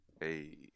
Hey